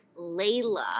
Layla